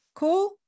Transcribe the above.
Cool